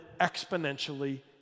exponentially